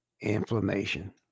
inflammation